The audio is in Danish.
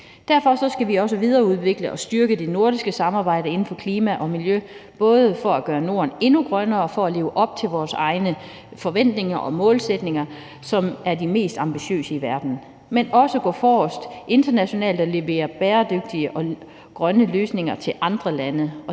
Derfor skal vi også videreudvikle og styrke det nordiske samarbejde inden for klima og miljø, både for at gøre Norden endnu grønnere og for at leve op til vores egne forventninger og målsætninger, som er de mest ambitiøse i verden, men også gå forrest internationalt og levere bæredygtige og grønne løsninger til andre lande, og der har